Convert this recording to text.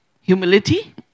humility